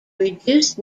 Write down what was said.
reduced